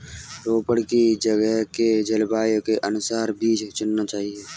रोपड़ की जगह के जलवायु के अनुसार बीज चुनना चाहिए